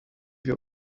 wir